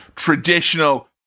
traditional